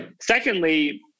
Secondly